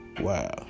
Wow